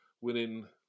Winning